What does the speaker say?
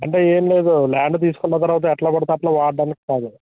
అంటే ఏం లేదు ల్యాండ్ తీసుకున్న తర్వాత ఎట్లా పడితే అట్లా వాడడానికి కాదు